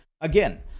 again